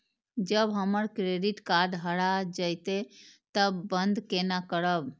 जब हमर credit card हरा जयते तब बंद केना करब?